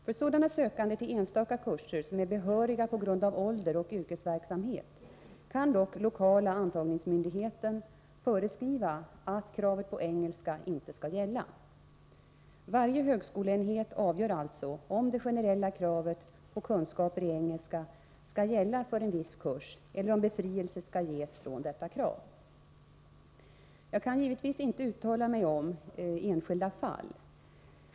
För sådana sökande till enstaka kurs som är behöriga på grund av ålder och yrkesverksamhet kan dock den lokala antagningsmyndigheten föreskriva att kravet på engelska inte skall gälla. Varje högskoleenhet avgör alltså om det generella kravet på kunskaper i engelska skall gälla för en viss kurs eller om befrielse skall ges från detta krav. Jag kan givetvis inte uttala mig om enskilda fall.